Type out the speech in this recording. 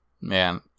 Man